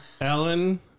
Ellen